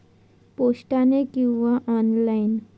माका माझी आई गावातना पैसे पाठवतीला तर ती कशी पाठवतली?